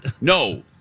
No